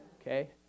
okay